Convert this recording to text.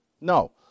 No